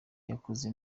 yakoze